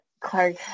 Clark